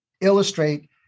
illustrate